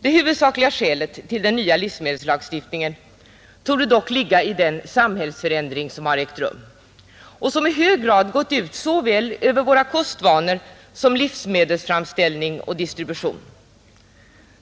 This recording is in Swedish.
Det huvudsakliga skälet till den nya livsmedelslagstiftningen torde dock ligga i den samhällsförändring som har ägt rum och som i hög grad gått ut över såväl våra kostvanor som livsmedelsframställning och distribution.